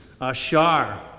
ashar